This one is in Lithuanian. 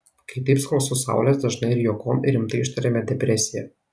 kai taip skalsu saulės dažnai ir juokom ir rimtai ištariame depresija